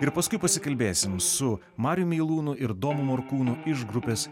ir paskui pasikalbėsim su marium meilūnu ir domu morkūnu iš grupės